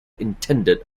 intended